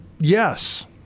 Yes